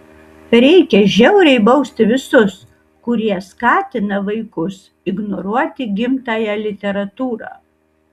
reikia žiauriai bausti visus kurie skatina vaikus ignoruoti gimtąją literatūrą